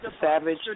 Savage